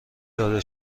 داده